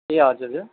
ए हजुर